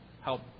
Help